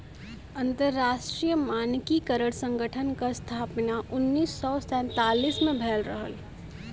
अंतरराष्ट्रीय मानकीकरण संगठन क स्थापना उन्नीस सौ सैंतालीस में भयल रहल